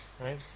right